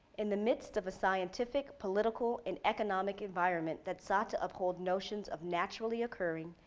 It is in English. in the midst of a scientific, political, and economic environment that sought to uphold notions of naturally occurring,